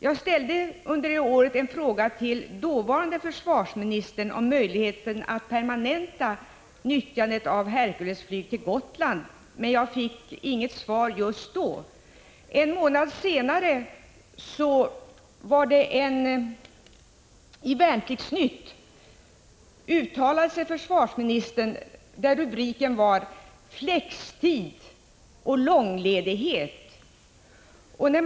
Jag ställde under det aktuella året en fråga till dåvarande försvarsministern om möjligheten att permanenta nyttjandet av Herculesflyget för resor till och från Gotland, men jag fick inget svar just då. En månad senare uttalade sig försvarsministern i Värnplikts-Nytt under rubriken Flextid och långledighet.